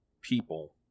people